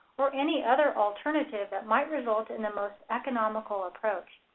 or any other alternative that might result in the most economical approach.